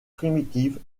primitive